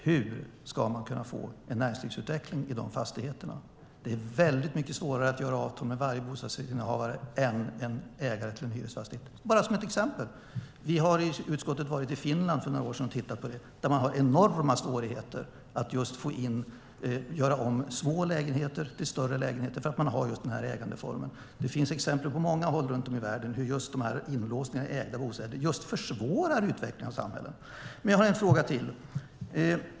Hur ska man kunna få en näringslivsutveckling i de fastigheterna? Det är mycket svårare att göra avtal med varje bostadsrättsinnehavare än med en ägare till en hyresfastighet. Det är bara ett exempel. Vi i utskottet var i Finland för några år sedan och tittade på detta. Där har man enorma svårigheter att göra om små lägenheter till större lägenheter för att man har just den här ägandeformen. Det finns på många håll i världen exempel på hur de här inlåsningarna i ägda bostäder försvårar utveckling av samhällen. Jag har en fråga till.